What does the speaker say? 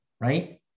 right